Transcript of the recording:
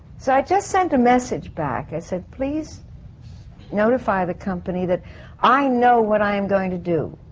so i just sent a message back. i said, please notify the company that i know what i am going to do.